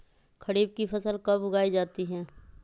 खरीफ की फसल कब उगाई जाती है?